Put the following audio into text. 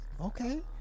okay